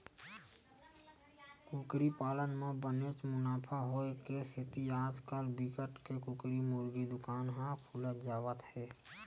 कुकरी पालन म बनेच मुनाफा होए के सेती आजकाल बिकट के कुकरी मुरगी दुकान ह खुलत जावत हे